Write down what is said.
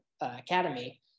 academy